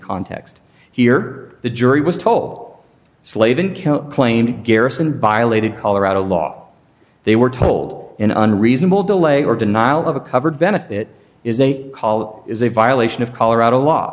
context here the jury was told slaven claimed garrison by a lady of colorado law they were told in an unreasonable delay or denial of a covered benefit is a call is a violation of colorado law